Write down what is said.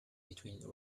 between